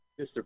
Mr